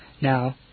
Now